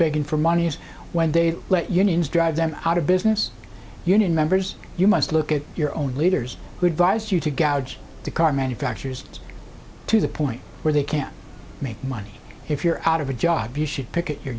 begging for money is when they let unions drive them out of business union members you must look at your own leaders who advise you to gouge the car manufacturers to the point where they can make money if you're out of a job you should picket your